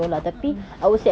a'ah